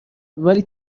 ولی